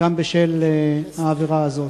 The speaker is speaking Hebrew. גם בשל העבירה הזו.